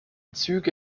züge